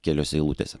keliose eilutėse